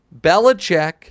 Belichick